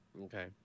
Okay